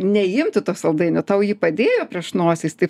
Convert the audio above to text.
neimti to saldainio tau jį padėjo prieš nosį jis taip